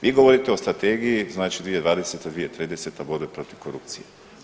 Vi govorite o Strategiji, znači 2020.-2030. borbe protiv korupcije.